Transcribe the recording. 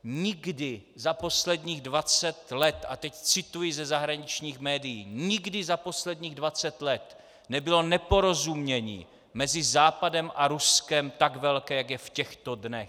Nikdy za posledních 20 let, a teď cituji ze zahraničních médií, nikdy za posledních 20 let nebylo neporozumění mezi Západem a Ruskem tak velké, jak je v těchto dnech.